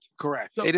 Correct